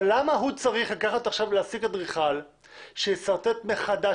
למה הוא צריך לקחת עכשיו אדריכל שישרטט מחדש?